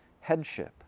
headship